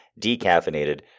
decaffeinated